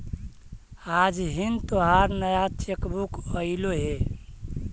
आज हिन् तोहार नया चेक बुक अयीलो हे